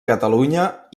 catalunya